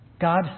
God